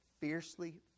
fiercely